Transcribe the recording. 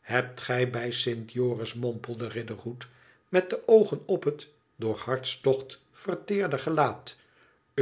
hebt gij bij st joris mompelde riderhood met de oogen op het dr hartstocht verteerde gelaat i